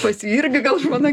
pas jį irgi gal žmona